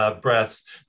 breaths